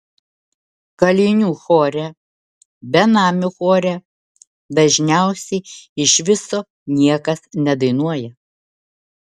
kalinių chore benamių chore dažniausiai iš viso niekas nedainuoja